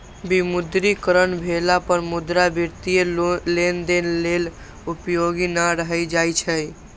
विमुद्रीकरण भेला पर मुद्रा वित्तीय लेनदेन लेल उपयोगी नै रहि जाइ छै